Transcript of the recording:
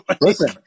Listen